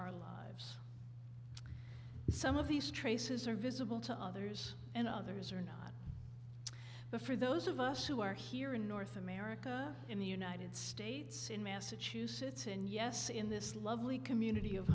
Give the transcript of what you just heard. our lives some of these traces are visible to others and others are not but for those of us who are here in north america in the united states in massachusetts and yes in this lovely community of